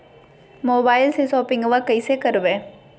मोबाइलबा से शोपिंग्बा कैसे करबै?